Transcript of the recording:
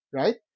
right